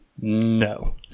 No